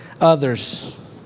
others